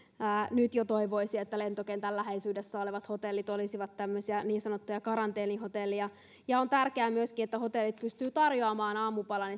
nyt jo toivoisi että lentokentän läheisyydessä olevat hotellit olisivat tämmöisiä niin sanottuja karanteenihotelleja ja on tärkeää myöskin että hotellit pystyvät tarjoamaan aamupalan